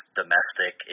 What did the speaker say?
domestic